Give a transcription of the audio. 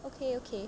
okay okay